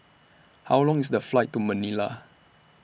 How Long IS The Flight to Manila